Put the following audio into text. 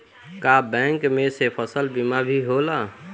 का बैंक में से फसल बीमा भी होला?